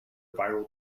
viral